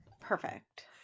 Perfect